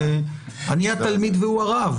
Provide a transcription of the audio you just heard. אני התלמיד והוא הרב.